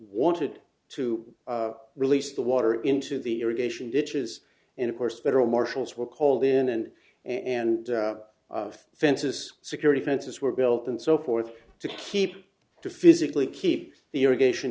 wanted to release the water into the irrigation ditches and of course federal marshals were called in and and fences security fences were built and so forth to keep to physically keep the irrigation